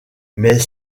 mais